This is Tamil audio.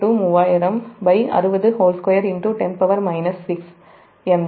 எனவே 2π ∗ 300060210 6 MJ